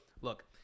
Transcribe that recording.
look